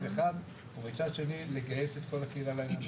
אחד ומצד שני לגייס את כל הקהילה לעניין הזה.